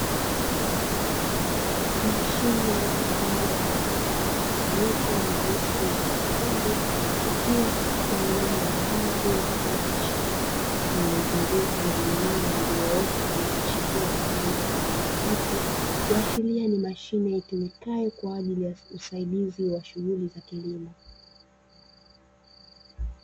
Mashine iliyo na rangi mchanganyiko nyeusi na nyekundu ikiwa katika eneo la wazi mfano wa shamba, lililozungukwa na mimea iliyoota na kuchipua kwa rangi ya kijani kibichi kuashiria ni mashine itumikayo kwa ajili ya usaidizi wa shughuli za kilimo.